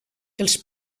els